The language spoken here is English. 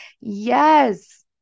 Yes